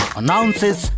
announces